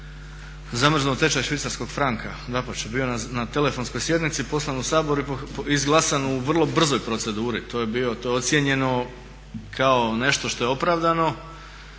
zamrznuo tečaj švicarskog franka, dapače, bio na telefonskoj sjednici, poslan u Sabor i izglasan u vrlo brzoj proceduru. To je bio, to je ocjenjeno kao nešto što je opravdano,